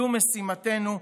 זו משימתנו,